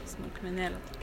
smulkmenėlė tokia